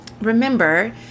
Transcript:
remember